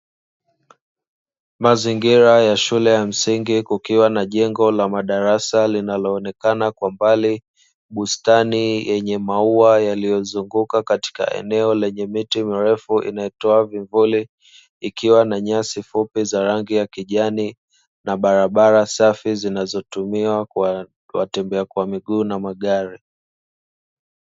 Mazingira ya shule ya msingi kukiwa na jengo lenye madarasa linaloonekana kwa mbali, bustani ya maua yalio zunguka katika eneo lenye miti merefu inayotoa vivuli nyasi fupi za rangi ya kijani na barabara safi zinazotumiwa na watembea kwa miguu na magari.